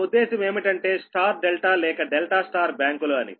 నా ఉద్దేశం ఏమిటంటే Y ∆ లేక ∆ Y బ్యాంకులు అని